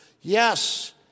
Yes